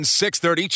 6.30